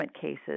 cases